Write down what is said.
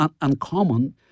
uncommon